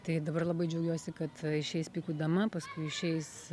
tai dabar labai džiaugiuosi kad išeis pikų dama paskui išeis